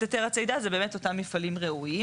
היתר צידה זה באמת אותם מפעלים ראויים,